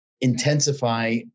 intensify